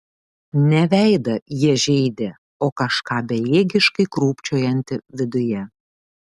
ne veidą jie žeidė o kažką bejėgiškai krūpčiojantį viduje